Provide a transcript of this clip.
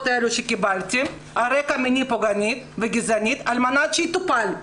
האלו שהיו עלי על רקע מיני פוגעני גזעני על מנת שיטפלו